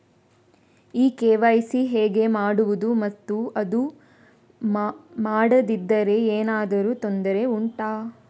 ಈ ಕೆ.ವೈ.ಸಿ ಹೇಗೆ ಮಾಡುವುದು ಮತ್ತು ಅದು ಮಾಡದಿದ್ದರೆ ಏನಾದರೂ ತೊಂದರೆ ಉಂಟಾ